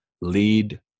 lead